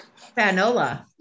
Fanola